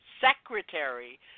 secretary